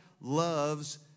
loves